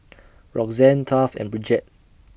Roxann Taft and Bridgette